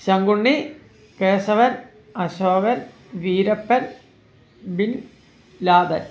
Sankunni Keshavan Ashokan Veerappan bin Laden